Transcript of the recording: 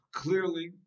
clearly